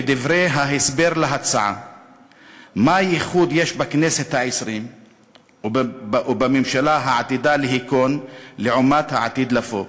מה ייחוד יש בכנסת העשרים ובממשלה העתידה להיכון לעומת העתיד לבוא.